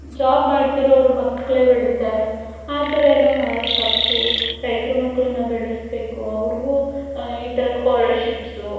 job ಮಾಡ್ತಿರೋವ್ರ ಮಕ್ಕಳೆ ಬೆಳೀತಾರೆ ಆ ಥರ ಎಲ್ಲ ಮಾಡೋದು ತಪ್ಪು ರೈತ್ರ ಮಕ್ಕಳನ್ನ ಬೆಳೆಸಬೇಕು ಅವ್ರಿಗೂ ಈ ಥರ ಸ್ಕಾಲರ್ಶಿಪ್ಸು